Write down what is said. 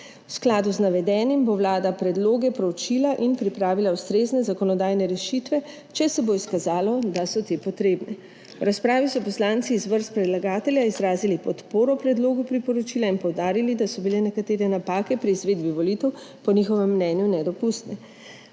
V skladu z navedenim bo Vlada predloge proučila in pripravila ustrezne zakonodajne rešitve, če se bo izkazalo, da so te potrebne. V razpravi so poslanci iz vrst predlagatelja izrazili podporo predlogu priporočila in poudarili, da so bile nekatere napake pri izvedbi volitev po njihovem mnenju nedopustne.